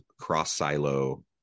cross-silo